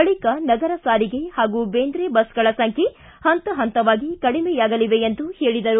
ಬಳಿಕ ನಗರ ಸಾರಿಗೆ ಹಾಗೂ ಬೇಂದ್ರೆ ಬಸ್ಗಳ ಸಂಖ್ಯೆ ಹಂತ ಹಂತವಾಗಿ ಕಡಿಮೆಯಾಗಲಿವೆ ಎಂದು ಹೇಳಿದರು